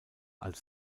als